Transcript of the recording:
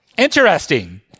Interesting